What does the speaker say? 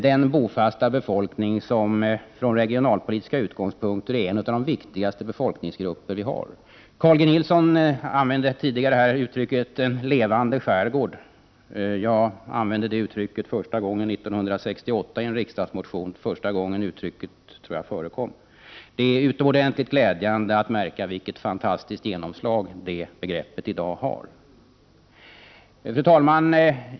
Denna bofasta befolkning är från regionalpolitiska utgångspunkter en av de viktigaste folkgrupper vi har. Carl G Nilsson använde tidigare här uttrycket ”en levande skärgård”. Jag använde det uttrycket första gången 1968 i en riksdagsmotion, första gången, tror jag, uttrycket förekom. Det är utomordentligt glädjande att märka vilket fantastiskt genomslag det begreppet i dag har. Fru talman!